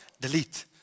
delete